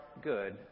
good